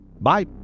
Bye